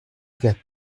get